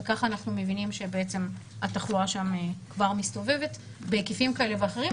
וכך אנחנו מבינים שבעצם התחלואה שם כבר מסתובבת בהיקפים כאלה ואחרים.